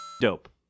dope